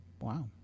Wow